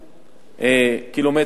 קוב.